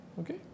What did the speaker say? Okay